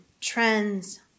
trends